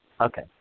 Okay